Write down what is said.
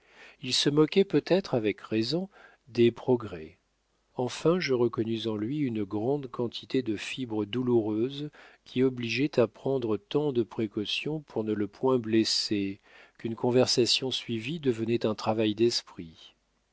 il se moquait peut-être avec raison des progrès enfin je reconnus en lui une grande quantité de fibres douloureuses qui obligeaient à prendre tant de précautions pour ne le point blesser qu'une conversation suivie devenait un travail d'esprit